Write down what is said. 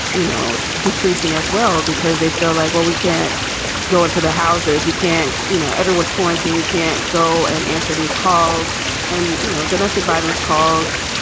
you know, decreasing as well because they feel like, well, we can't go into the houses. we can't, you know, everyone's quarantined. we can't go and answer these calls and, you know, domestic violence cause,